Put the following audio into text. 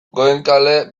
goenkale